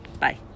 Bye